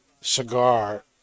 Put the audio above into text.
cigar